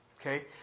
Okay